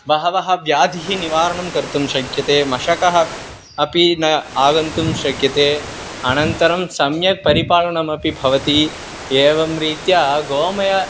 बहवः व्याधयः निवारणं कर्तुं शक्यते मशकः अपि न आगन्तुं शक्यते अनन्तरं सम्यक् परिपालनमपि भवति एवं रीत्या गोमयस्य